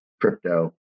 crypto